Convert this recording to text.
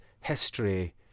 history